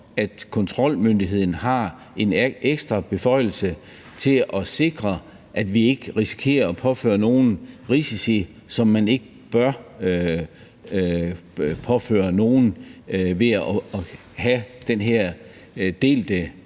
at kontrolmyndigheden har en ekstra beføjelse til at sikre, at vi ikke risikerer at påføre nogen risici, som man ikke bør påføre nogen ved at have den her delte